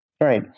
Right